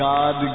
God